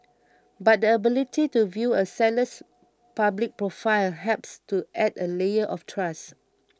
but the ability to view a seller's public profile helps to add a layer of trust